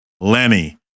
Lenny